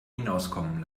hinauskommen